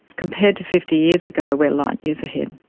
compared to fifty years ago we are light years ahead.